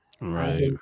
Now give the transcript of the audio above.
Right